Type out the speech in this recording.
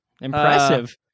Impressive